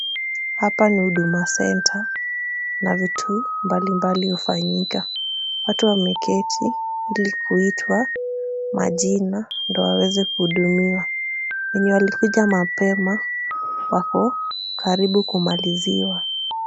Hapa ni Huduma Center na vitu mbalimbali hufanyika. Watu wameketi, ili kuitwa majina ndiyo waweze kuhudumiwa, wenye walikuja mapema wako karibu kumaliziwa.